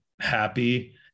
happy